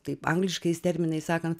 taip angliškais terminais sakant